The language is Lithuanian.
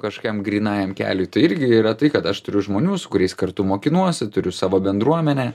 kažkokiam grynajam keliui tai irgi yra tai kad aš turiu žmonių su kuriais kartu mokinuosi turiu savo bendruomenę